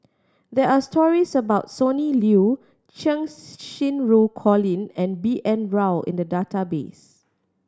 there are stories about Sonny Liew Cheng Xinru Colin and B N Rao in the database